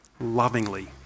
lovingly